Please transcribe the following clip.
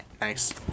Nice